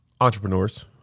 entrepreneurs